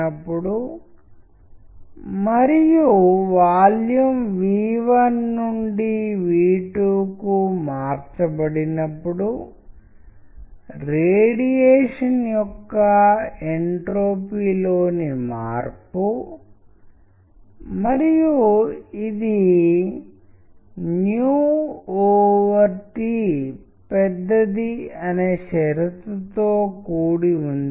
ఇప్పుడు మీరు అదే పదానికి వేరొక రకమైన రంగును ఇచ్చినప్పుడు అది భయం యొక్క రంగు మరియు భయం యొక్క ప్రవర్తన మరియు భయం యొక్క రంగు నీలం రంగు మరియు భయం యొక్క ప్రవర్తన వాటి అర్థం పూర్తిగా భిన్నంగా ఉంటుంది దీన్ని మరియు దీన్ని సరిపోల్చండి మరియు మీరు వ్యత్యాసాన్ని చూడవచ్చు